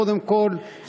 קודם כול,